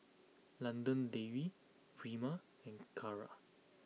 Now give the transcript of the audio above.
London Dairy Prima and Kara